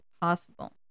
possible